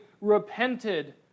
repented